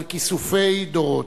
על כיסופי דורות?